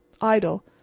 idle